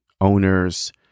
owners